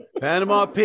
Panama